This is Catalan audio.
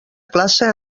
classe